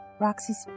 Roxy's